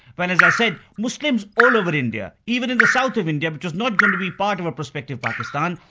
when as i said muslims all over india, even in the south of india, which was not going to be part of a prospective pakistan,